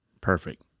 Perfect